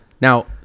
Now